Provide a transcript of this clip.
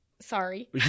Sorry